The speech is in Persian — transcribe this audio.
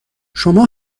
شما